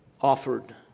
offered